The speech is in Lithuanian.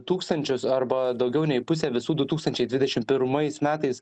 tūkstančius arba daugiau nei pusė visų du tūkstančiai dvidešim pirmais metais